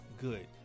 good